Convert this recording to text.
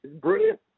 brilliant